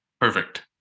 perfect